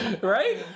Right